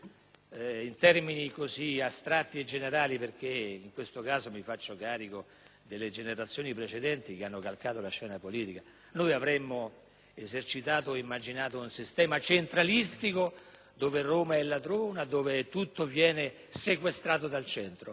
in termini astratti e generali, noi - in questo caso mi faccio carico delle generazioni precedenti che hanno calcato la scena politica - avremmo esercitato ed immaginato un sistema centralistico dove Roma è ladrona e dove tutto viene sequestrato dal centro?